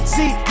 See